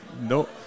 no